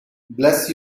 bless